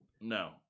No